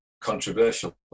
controversial